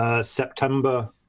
September